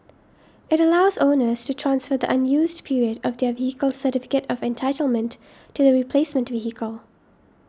it allows owners to transfer the unused period of their vehicle's certificate of entitlement to the replacement vehicle